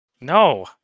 No